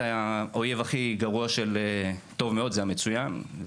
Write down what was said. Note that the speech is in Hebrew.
האויב הכי גרוע של הטוב מאוד זה המצוין,